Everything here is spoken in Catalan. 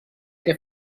que